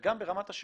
וגם ברמת השירותים.